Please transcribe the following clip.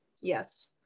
Yes